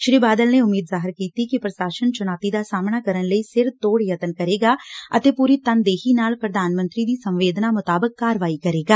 ਸ੍ਰੀ ਬਾਦਲ ਨੇ ਉਮੀਦ ਜਾਹਿਰ ਕੀਤੀ ਕਿ ਪ੍ਸ਼ਾਸਨ ਚੁਣੌਤੀ ਦਾ ਸਾਹਮਣਾ ਕਰਨ ਲਈ ਸਿਰ ਤੋੜ ਯਤਨ ਕਰੇਗਾ ਅਤੇ ਪੁਰੀ ਤਨਦੇਹੀ ਨਾਲ ਪ੍ਰਧਾਨ ਮੰਤਰੀ ਦੀ ਸੰਵੇਦਨਾ ਮੁਤਾਬਿਕ ਕਾਰਵਾਈ ਕਰੇਗਾ